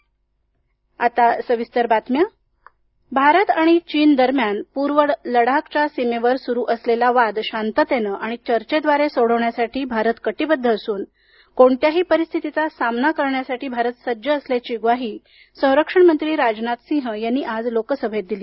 राजनाथ सिंह भारत आणि चीन दरम्यान पूर्व लडाखच्या सीमेवर सुरू असलेला वाद शांततेनं आणि चर्चेद्वारे सोडवण्यासाठी भारत कटीबद्ध असून कोणत्याही परिस्थितीचा सामना करण्यासाठी भारत सज्ज असल्याची ग्वाही संरक्षण मंत्री राजनाथ सिंह आज लोकसभेत दिली